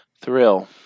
Thrill